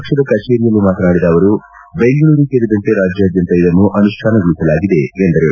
ಪಕ್ಷದ ಕಚೇರಿಯಲ್ಲಿ ಮಾತನಾಡಿದ ಅವರು ಬೆಂಗಳೂರು ಸೇರಿದಂತೆ ರಾಜ್ಯಾದ್ಯಂತ ಇದನ್ನು ಅನುಷ್ಠಾನಗೊಳಿಸಲಾಗಿದೆ ಎಂದರು